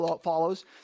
follows